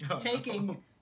taking